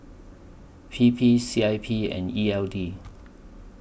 P P C I P and E L D